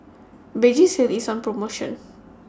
Vagisil IS on promotion